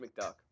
McDuck